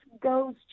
goes